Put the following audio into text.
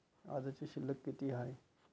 आजची शिल्लक किती हाय?